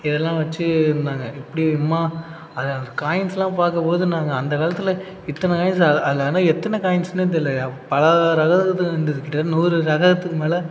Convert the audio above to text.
இதெல்லாம் வச்சு இருந்தாங்க எப்படி வேணுமா அதை அந்த காயின்ஸ்லாம் பார்க்கும்போது நாங்கள் அந்த காலத்தில் இத்தனை காயின்ஸ் அது ஆனால் எத்தனை காயிஸ்னே தெரியல பல ரகத்துக்கு இருந்துது கிட்டத்தட்ட நூறு ரகத்துக்கு மேலே